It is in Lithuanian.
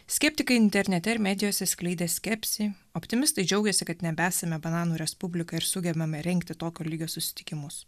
skeptikai internete ir medijose skleidė skepsį optimistai džiaugiasi kad nebesame bananų respublika ir sugebame rengti tokio lygio susitikimus